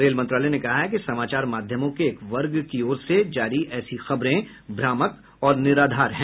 rail मंत्रालय ने कहा है कि समाचार माध्यमों के एक वर्ग की ओर से जारी ऐसी खबरें भ्रामक और निराधार हैं